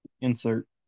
insert